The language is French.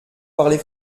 parlez